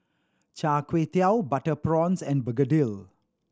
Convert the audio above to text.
Char Kway Teow butter prawns and begedil